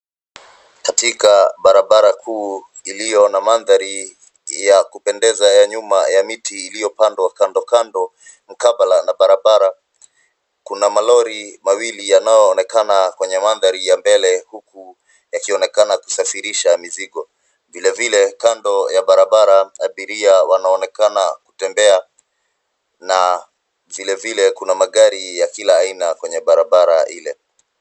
Katika barabara kuu iliyo na mandhari ya kupendeza ya nyuma ya miti iliyopandwa kando kando mkabala na barabara. Kuna malori mawili yanaoonekana kwenye mandhari ya mbele huku yakionekana kusafirisha mizigo. Vilevile kando ya barabara abiria wanaonekana kutembea na vilevile kuna magari ya kila aina kwenye barabara ile.